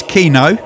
Kino